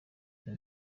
uyu